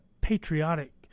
patriotic